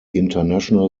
international